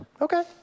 Okay